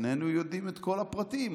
איננו יודעים את כל הפרטים,